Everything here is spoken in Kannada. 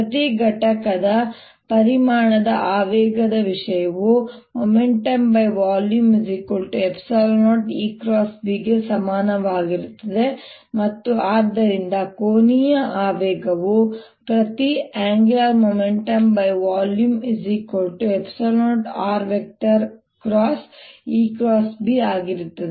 ಪ್ರತಿ ಘಟಕದ ಪರಿಮಾಣದ ಆವೇಗದ ವಿಷಯವು Momentumvolume0 ಗೆ ಸಮಾನವಾಗಿರುತ್ತದೆ ಮತ್ತು ಆದ್ದರಿಂದ ಕೋನೀಯ ಆವೇಗವು ಪ್ರತಿ Angular moemntumvolume0r× ಆಗಿರುತ್ತದೆ